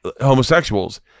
homosexuals